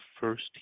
first